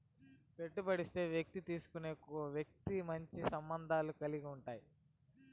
పెట్టుబడి ఇచ్చే వ్యక్తికి తీసుకునే వ్యక్తి మంచి సంబంధాలు కలిగి ఉండాలి